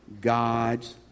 God's